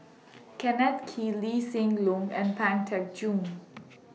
Kenneth Kee Lee Hsien Loong and Pang Teck Joon